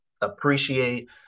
appreciate